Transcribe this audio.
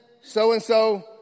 so-and-so